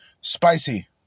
Spicy